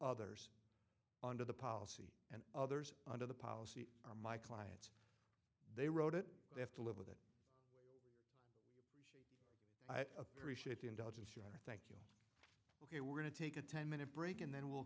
others under the policy and others under the policy are my clients they wrote it they have to live with it i appreciate the indulgence your honor ok we're going to take a ten minute break and then we'll